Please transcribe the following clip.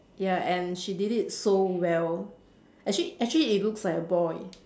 ya and she did it so well actually actually it looks like a boy